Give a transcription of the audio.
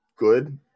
good